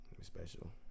Special